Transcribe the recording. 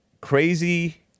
crazy